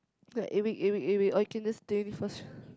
like eight week eight week or you can just three week first